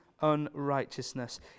unrighteousness